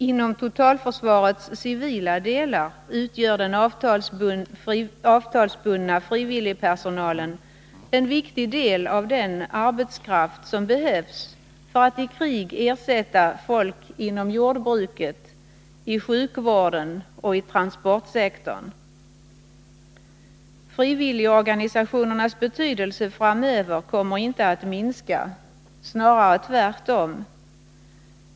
Inom totalförsvarets civila delar utgör den avtalsbundna frivilligpersonalen en viktig del av den arbetskraft som behövs för att i krig ersätta folk inom jordbruket, sjukvården och transportsektorn. Frivilligorganisationernas betydelse framöver kommer inte att minska, snarare tvärtom.